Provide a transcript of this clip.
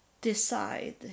decide